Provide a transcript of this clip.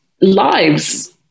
lives